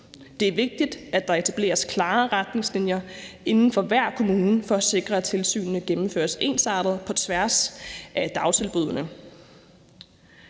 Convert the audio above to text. Det er vigtigt, at der etableres klare retningslinjer inden for hver kommune for at sikre, at tilsynene gennemføres ensartet på tværs af dagtilbuddene.